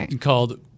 called